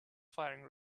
firing